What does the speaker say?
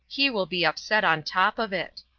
he will be upset on top of it.